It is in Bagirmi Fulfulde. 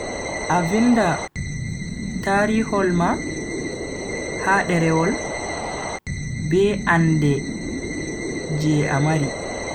A vinda tarihol ma ha derewol be ande je a mari.